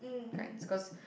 kinds is cause